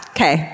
Okay